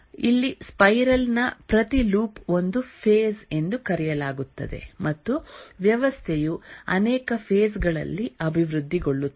ಇಲ್ಲಿ ಸ್ಪೈರಲ್ ನ ಪ್ರತಿ ಲೂಪ್ ಒಂದು ಫೇಸ್ ಎಂದು ಕರೆಯಲಾಗುತ್ತದೆ ಮತ್ತು ವ್ಯವಸ್ಥೆಯು ಅನೇಕ ಫೇಸ್ ಗಳಲ್ಲಿ ಅಭಿವೃದ್ಧಿಗೊಳ್ಳುತ್ತದೆ